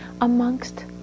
amongst